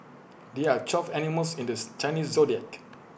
there are twelve animals in the Chinese Zodiac